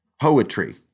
poetry